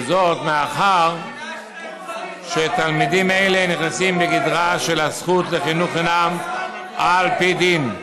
וזאת מאחר שתלמידים אלה נכנסים בגדרה של הזכות לחינוך חינם על פי דין.